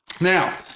Now